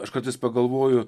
aš kartais pagalvoju